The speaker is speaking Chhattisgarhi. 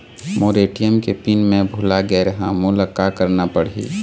मोर ए.टी.एम के पिन मैं भुला गैर ह, मोला का करना पढ़ही?